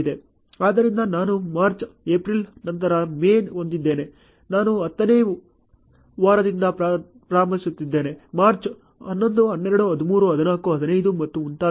ಆದ್ದರಿಂದ ನಾನು March April ನಂತರ ಮೇ ಹೊಂದಿದ್ದೇನೆ ನಾನು 10 ನೇ ವಾರದಿಂದ ಪ್ರಾರಂಭಿಸುತ್ತಿದ್ದೇನೆ ಮಾರ್ಚ್ 11 12 13 14 15 ಮತ್ತು ಮುಂತಾದವು